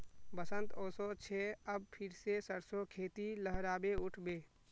बसंत ओशो छे अब फिर से सरसो खेती लहराबे उठ बे